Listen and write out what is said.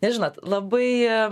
nes žinot labai